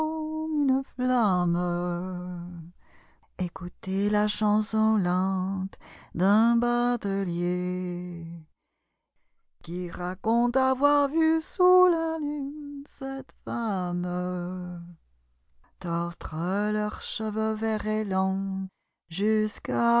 nuit la chanson